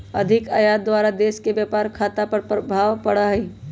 अधिक आयात द्वारा देश के व्यापार खता पर खराप प्रभाव पड़इ छइ